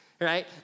right